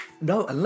No